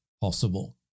possible